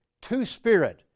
two-spirit